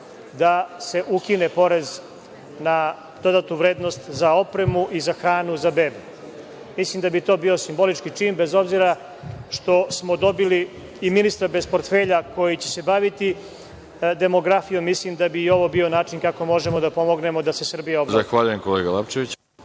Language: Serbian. da se ukine porez na dodatu vrednost za opremu i za hranu za bebe. Mislim da bi to bio simbolički čin, bez obzira što smo dobili i ministra bez portfelja koji će se baviti demografijom. Mislim da bi i ovo bio način kako možemo da pomognemo da se Srbija obnovi.